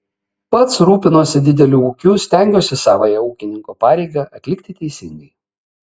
pats rūpinuosi dideliu ūkiu stengiuosi savąją ūkininko pareigą atlikti teisingai